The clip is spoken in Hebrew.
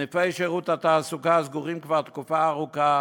סניפי שירות התעסוקה סגורים כבר תקופה ארוכה